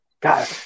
God